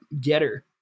getter